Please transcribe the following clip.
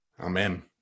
Amen